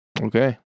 Okay